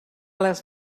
les